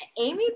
Amy